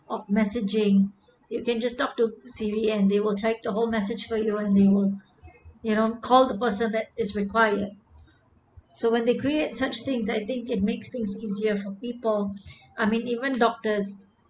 of messaging you can just talk to siri and they will take the whole message for you and they will you know call the person that is required so when they create such things I think it makes things easier for people I mean even doctors